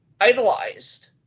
idolized